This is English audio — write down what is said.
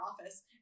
office